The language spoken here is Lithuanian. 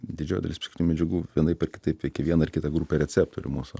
didžioji dalis medžiagų vienaip ar kitaip veikia vieną ar kitą grupę receptorių mūsų